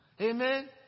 Amen